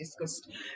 discussed